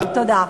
תודה.